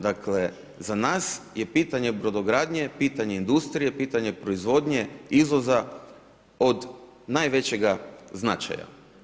Dakle za nas je pitanje brodogradnje, pitanje industrije, pitanje proizvodnje, izvoza od najvećega značaja.